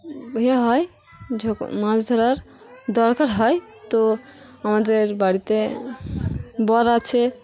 ইয়ে হয় মাছ ধরার দরকার হয় তো আমাদের বাড়িতে বর আছে